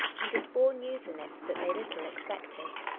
and it bore news in it that they little expected.